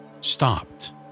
stopped